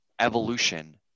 Evolution